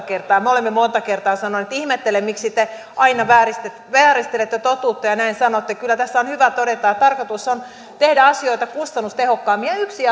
kertaa me olemme monta kertaa sanoneet ihmettelen miksi te aina vääristelette vääristelette totuutta ja näin sanotte kyllä tässä on hyvä todeta että tarkoitus on tehdä asioita kustannustehokkaammin yksi